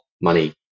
money